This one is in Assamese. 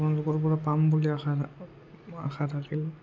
আপোনালোকৰপৰা পাম বুলি আশা আশা থাকিল